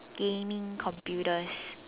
gaming computers